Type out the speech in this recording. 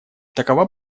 такова